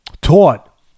taught